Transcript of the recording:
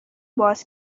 باز